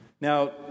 Now